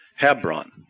Hebron